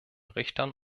richtern